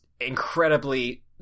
incredibly